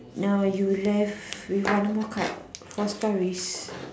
now you left with one more card for stories